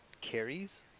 carries